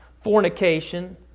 fornication